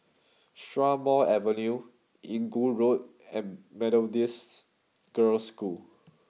Strathmore Avenue Inggu Road and Methodist Girls' School